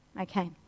Okay